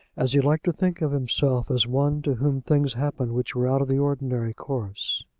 as he liked to think of himself as one to whom things happened which were out of the ordinary course.